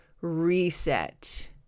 reset